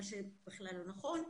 מה שבכלל לא נכון,